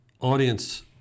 audience